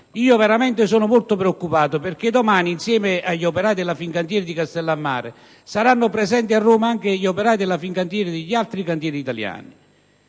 sono veramente molto preoccupato perché domani, insieme agli operai della Fincantieri di Castellammare, saranno presenti a Roma anche gli operai della Fincantieri degli altri cantieri italiani